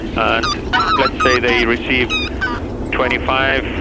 and let's say they receive twenty five